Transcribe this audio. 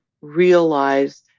realize